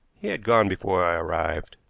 he had gone before i arrived.